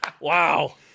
Wow